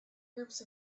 groups